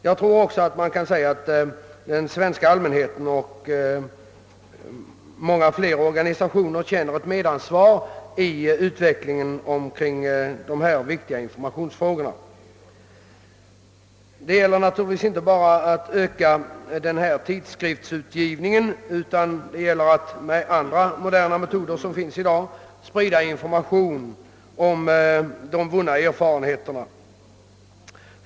Jag tror man kan säga att många organisationer känner medansvar för utvecklingen av de viktiga informationsfrågorna. Det gäller naturligtvis inte bara att öka tidskriftsutgivningen, utan man måste även med de andra moderna metoder som i dag finns sprida information om vunna erfarenheter.